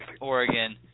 Oregon